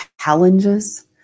challenges